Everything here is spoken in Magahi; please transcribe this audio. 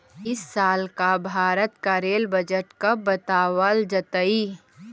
इस साल का भारत का रेल बजट कब बतावाल जतई